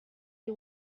you